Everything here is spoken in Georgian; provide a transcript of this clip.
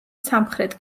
სამხრეთ